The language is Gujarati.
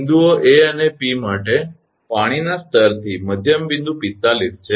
બિંદુઓ 𝐴 અને 𝑃 માટે પાણીના સ્તરથી મધ્યમ બિંદુ 45 છે